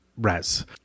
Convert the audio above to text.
res